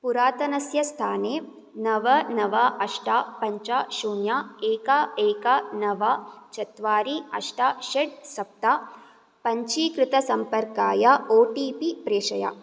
पुरातनस्य स्थाने नव नव अष्ट पञ्च शून्यं एकं एकं नव चत्वारि अष्ट षट् सप्त पञ्चीकृतसम्पर्काय ओ टि पि प्रेषय